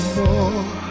more